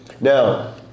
Now